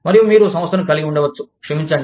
మరియు మీరు సంస్థను కలిగి ఉండవచ్చు క్షమించండి